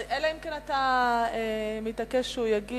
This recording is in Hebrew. אלא אם כן אתה מתעקש שהוא יגיע.